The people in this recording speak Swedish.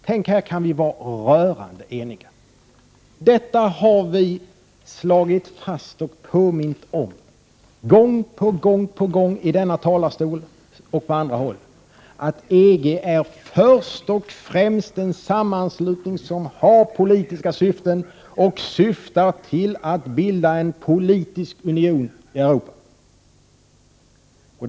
Tänk, här kan vi vara rörande eniga. Detta har vi 65 slagit fast och påmint om gång på gång i denna talarstol och på andra håll: EG är först och främst en sammanslutning som har politiska syften och syftar till att bilda en politisk union i Europa.